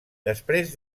després